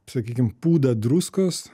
sakykime pūdą druskos